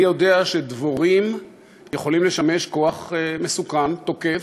אני יודע שדבורים יכולות לשמש כוח מסוכן, תוקף,